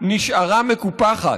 נשארה מקופחת,